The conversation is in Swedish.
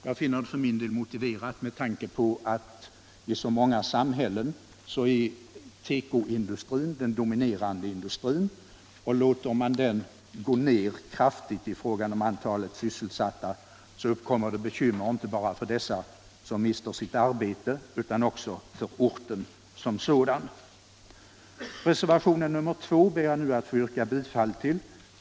Jag finner det för min del motiverat med tanke på att det är så många samhällen där tekoindustrin är den dominerande. Låter man den gå ned kraftigt i fråga om sysselsatta, blir det bekymmer inte bara för dem som mister sitt arbete, utan också för orten som sådan. Reservationen 2 ber jag också få yrka bifall till.